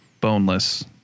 boneless